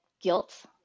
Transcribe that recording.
guilt